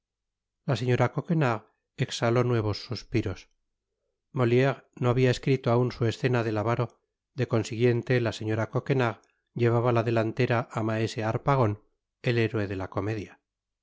la señora coquenard exhaló nuevos suspiros moliere no habia escrito aun su escena del avaro de consiguiente la señora coquenard llevaba la delantera á maese harpagon el héroe de la comedia